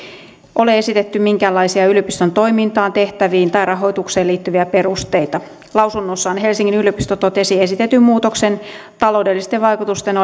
ole esitetty minkäänlaisia yliopiston toimintaan tehtäviin tai rahoitukseen liittyviä perusteita lausunnossaan helsingin yliopisto totesi esitetyn muutoksen taloudellisten vaikutusten